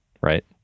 right